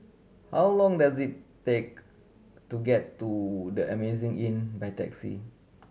how long does it take to get to The Amazing Inn by taxi